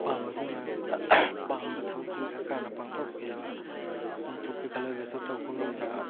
ꯑꯄꯥꯝꯕꯒꯤ ꯃꯥꯏꯌꯣꯛꯇ ꯄꯥꯝꯕ ꯊꯕꯛꯁꯤꯡ ꯁꯔꯀꯥꯔꯅ ꯄꯥꯡꯊꯣꯛꯄꯤꯗꯕ ꯄꯥꯡꯊꯣꯛꯀꯦ ꯈꯜꯂꯒꯁꯨ ꯇꯧꯕ ꯉꯝꯗꯕ